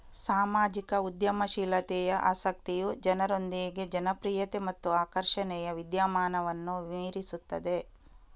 ಸಾಮಾಜಿಕ ಉದ್ಯಮಶೀಲತೆಯ ಆಸಕ್ತಿಯು ಜನರೊಂದಿಗೆ ಜನಪ್ರಿಯತೆ ಮತ್ತು ಆಕರ್ಷಣೆಯ ವಿದ್ಯಮಾನವನ್ನು ಮೀರಿಸುತ್ತದೆ